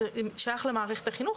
זה שייך למערכת החינוך,